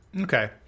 Okay